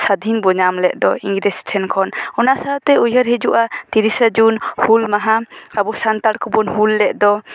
ᱥᱟᱫᱷᱤᱱ ᱵᱚ ᱧᱟᱢ ᱞᱮᱫ ᱫᱚ ᱤᱝᱨᱮᱡᱽ ᱴᱷᱮᱱ ᱠᱷᱚᱱ ᱚᱱᱟ ᱥᱟᱶᱛᱮ ᱩᱭᱦᱟᱹᱨ ᱦᱤᱡᱩᱜᱼᱟ ᱛᱤᱨᱤᱥᱟ ᱡᱩᱱ ᱦᱩᱞ ᱢᱟᱦᱟ ᱟᱵᱚ ᱥᱟᱱᱛᱟᱲ ᱠᱚᱵᱚᱱ ᱦᱩᱞ ᱞᱮᱫ ᱫᱚ